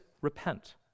repent